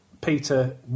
Peter